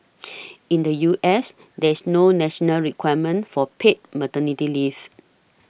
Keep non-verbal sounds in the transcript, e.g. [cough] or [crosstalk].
[noise] in the U S there's no national requirement for paid maternity leave